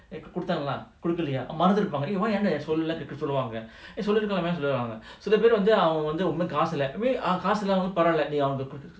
கொடுத்தாங்களாகொடுக்கலயாமறந்துருப்பாங்கஇவன்ஏன்டாசொல்லலசொல்வாங்கசிலபேருவந்துகாசுஇல்லகாசில்லாதவங்கபரவால்ல:koduthangala kodukalaya maranthurupanga ivan yenda sollala solvanga silaperu vandhu kaasillathavanga paravala